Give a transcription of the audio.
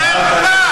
חרפה.